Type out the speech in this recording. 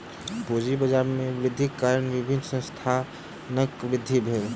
पूंजी बाजार में वृद्धिक कारण विभिन्न संस्थानक वृद्धि भेल